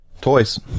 toys